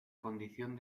condición